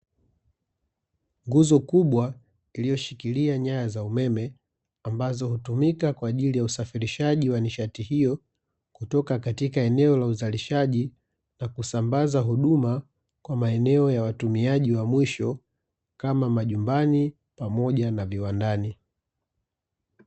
Nguzo kubwa iliyoshikilia nyaya za umeme ambazo hutumika kwa ajili ya usafirishaji wa nishati hiyo, kutoka katika eneo la uzalishaji na kusambaza huduma kwa maeneo ya watumiaji wa mwisho, kama majumbani pamoja na viwandani.